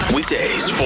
Weekdays